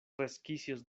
resquicios